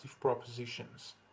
propositions